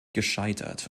gescheitert